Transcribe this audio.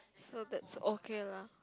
so that's okay lah